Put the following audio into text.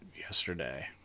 yesterday